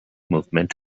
movement